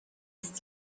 است